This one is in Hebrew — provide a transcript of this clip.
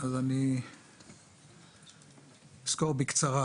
אסקור בקצרה